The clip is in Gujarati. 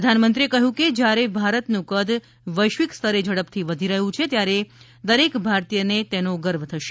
પ્રધાનમંત્રીએ કહ્યું કે જ્યારે ભારતનું કદ વૈશ્વિક સ્તરે ઝડપથી વધી રહ્યું છે ત્યારે દરેક ભારતીયને તેનો ગર્વ થશે